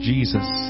Jesus